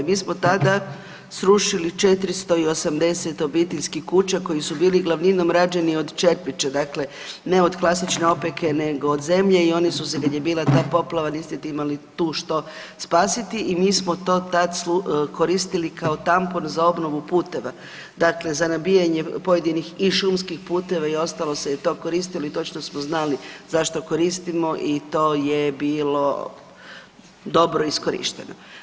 Mi smo tada srušili 480 obiteljskih kuća koje su bile glavninom rađeni od čepića, dakle ne od klasične opeke nego od zemlje i oni su se kad je bila ta poplava niste imali tu što spasiti i mi smo to tad koristili kao tampon za obnovu puteva, dakle za nabijanje pojedinih i šumskih puteva i ostalo se je to koristilo i točno smo znali zašto koristimo i to je bilo dobro iskorišteno.